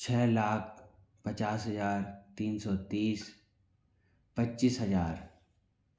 छः लाक पचास हजार तीन सौ तीस पच्चीस हजार